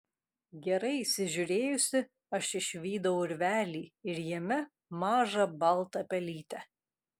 gerai įsižiūrėjusi aš išvydau urvelį ir jame mažą baltą pelytę